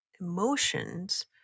emotions